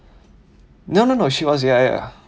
no no no she was ya ya